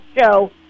show